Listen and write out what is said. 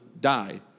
die